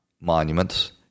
monuments